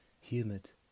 Hiermit